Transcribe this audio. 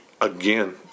Again